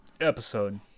episode